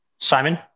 Simon